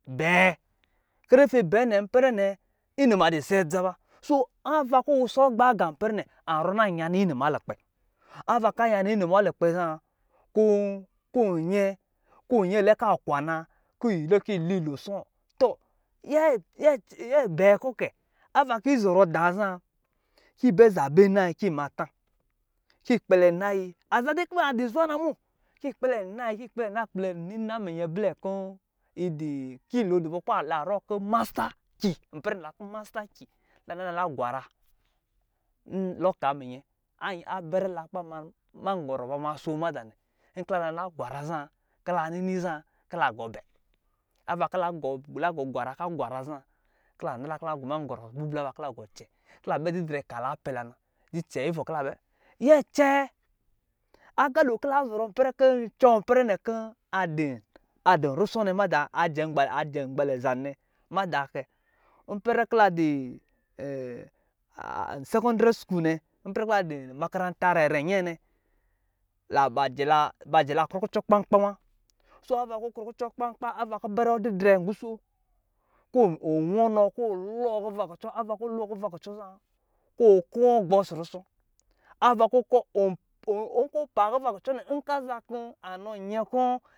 Bɛɛ kerefe abɛ ɛnɛ inuma sɛ adza wa so ava kɔ ɔwasɔ agba nɛ ana zɔrɔ nyana inu ma lukpɛ ana yana inu ma lukpɛ za kɔ konu ɛlɛka kwana kɔyi kɛyi lo sɔ. D nyɛ bɛɛ kɔ kɛ ava kɔ yi zɔrɔ da za kɔ yi bɛ zabe nnayi ki bɛ mata kɔyi kpɛlɛ nayi aza we kɔ adɔ zwa dana ma kɔ yi kpɛlɛ nayi kɔ yina ni nna miyɛ blɛ kilo dubɔ meprɛ nɛ kɔ ba rokɔ masta ki kɔ lane la na gwara lɔka abɛrɛ la kɔ ba ma magɔrɔ ba swo mada nɛ kɔ la na gwara za kɔ la nini za kɔ lagɔɔbɛ kɔ la gɔ magɔrɔ bubla ba gɔɔ cɛ kɔ labɛ didrɛ kaa lapɛla ma. Nyɛ cɛɛ, agalo kɔ lazɔrɔ kɔncuwɔ kɔ adɔrusɔ mada kɔ adɔ mmalɛ nɛ nyada kɛ mpɛre kɔ la dɔ sɛkɔndrɛsku nɛ makaranta rɛvɛ yɛɛnɛ bajɛ la kvɔ kuco kpan kpawa ava kɔ bɛrɛ wɔ adidra zɛ kɔ wɔnɔ kɔ ɔlɔkuva kucɔ ava kɔ ɔlakuva kucɔ za kɔ ɔ kɔɔ gbɔ ɔsɔ rusɔ nkɔ paa kuva kucɔ nɛ nka zaa nyɛ nkɔ